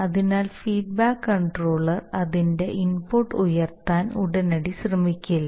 അതിനാൽ feedback controller അതിന്റെ input ഉയർത്താൻ ഉടനടി ശ്രമിക്കില്ല